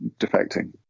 defecting